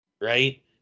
right